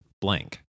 blank